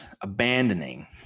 abandoning